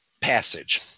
passage